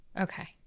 Okay